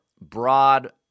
broad